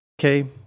Okay